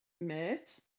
mate